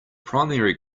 primary